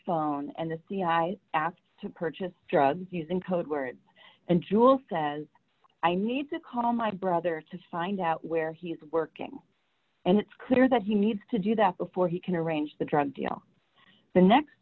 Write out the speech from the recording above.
phone and the i asked to purchase drugs using codewords and jewel says i need to call my brother to find out where he is working and it's clear that he needs to do that before he can arrange the drug deal the next